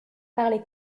parler